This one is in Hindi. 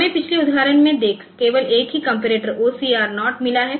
हमें पिछले उदाहरण में केवल एक ही कंपैरेटर OCR 0 मिला है